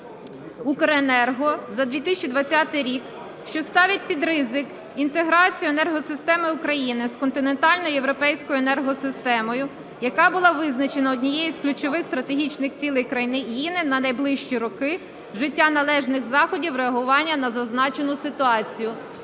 "Укренерго" за 2020 рік, що ставить під ризик інтеграцію енергосистеми України з континентальною європейською енергосистемою, яка була визначена однією з ключових стратегічних цілей країни на найближчі роки, вжиття належних заходів реагування на зазначену ситуацію.